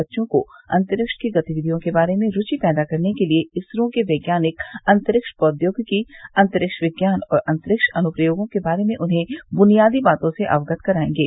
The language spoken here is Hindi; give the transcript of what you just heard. बच्चों को अंतरिक्ष की गतिविधियों के बारे में रुचि पैदा करने के लिए इसरो के वैज्ञानिक अंतरिक्ष प्रौद्योगिकी अंतरिक्ष विज्ञान और अंतरिक्ष अनुप्रयोगों के बारे में उन्हे बुनियादी बातों से अवगत करायेंगे